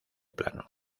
plano